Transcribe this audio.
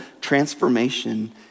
transformation